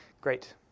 Great